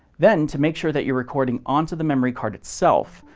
then, to make sure that you're recording onto the memory card itself,